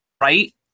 right